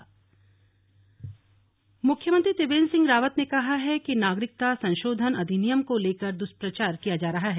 CAA प्रदेश मुख्यमंत्री त्रिवेंद्र सिंह रावत ने कहा है कि नागरिक संशोधन अधिनियम को लेकर दुष्प्रचार किया जा रहा है